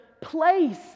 place